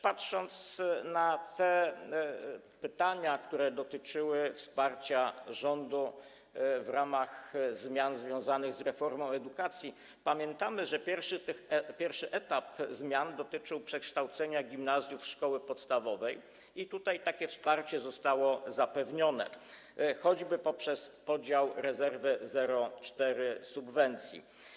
Patrząc na pytania, które dotyczyły wsparcia rządu w ramach zmian związanych z reformą edukacji, pamiętamy, że pierwszy etap zmian dotyczył przekształcenia gimnazjów w szkoły podstawowe i tutaj takie wsparcie zostało zapewnione, choćby poprzez podział 0,4% rezerwy subwencji.